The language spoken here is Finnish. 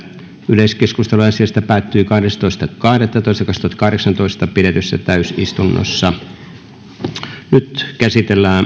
yleiskeskustelu asiasta päättyi kahdestoista kahdettatoista kaksituhattakahdeksantoista pidetyssä täysistunnossa nyt käsitellään